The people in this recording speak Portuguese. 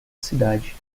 cidade